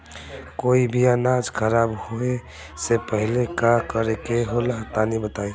कोई भी अनाज खराब होए से पहले का करेके होला तनी बताई?